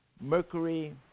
Mercury